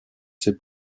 ses